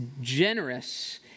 generous